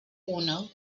uno